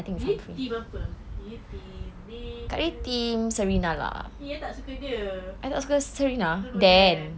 you team apa you team nate ke eh you tak suka dia no no dan